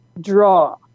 draw